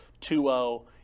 2-0